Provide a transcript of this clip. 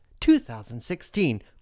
2016